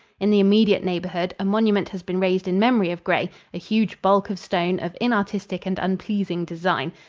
in the immediate neighborhood a monument has been raised in memory of gray a huge bulk of stone of inartistic and unpleasing design.